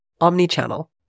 omni-channel